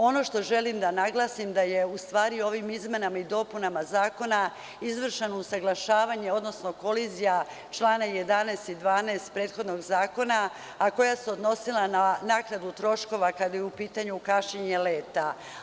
Ono što želim da naglasim da je u stvari ovim izmenama i dopunama zakona izvršeno usaglašavanje odnosno kolizija člana 11. i 12. prethodnog zakona, a koja se odnosila na naknadu troškova kada je u pitanju kašnjenje leta.